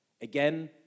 Again